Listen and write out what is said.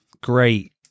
great